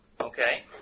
Okay